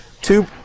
two